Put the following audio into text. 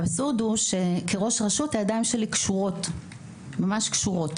האבסורד הוא שכראש רשות הידיים שלי ממש קשורות